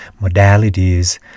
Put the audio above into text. modalities